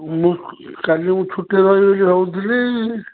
ମୁଁ କାଲି ମୁଁ ଛୁଟିରେ ରହିବି ବୋଲି ଭାବୁଥିଲି